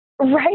right